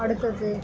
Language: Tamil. அடுத்தது